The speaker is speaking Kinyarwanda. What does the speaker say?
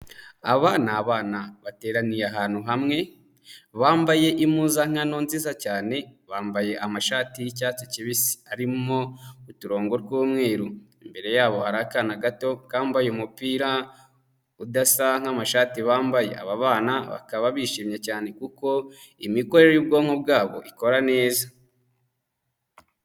Aba ni abana bateraniye ahantu hamwe, bambaye impuzankano nziza cyane bambaye amashati y'icyatsi kibisi arimo uturongo tw'umweru, imbere yabo hari akana gato kambaye umupira udasa nk'amashati bambaye, aba bana bakaba bishimye cyane kuko imikorere y'ubwonko bwabo ikora neza.